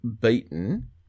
beaten